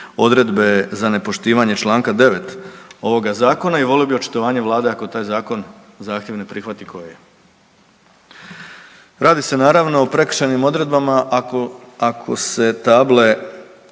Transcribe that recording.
odredbe za nepoštivanje čl. 9. ovoga zakona i volio bi očitovanje vlade ako taj zakon, zahtjev ne prihvati koji je. Radi se naravno o prekršajnim odredbama ako se table